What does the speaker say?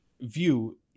view